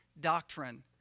doctrine